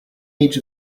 age